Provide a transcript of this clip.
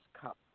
Cup